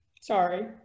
sorry